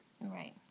Right